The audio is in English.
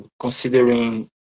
considering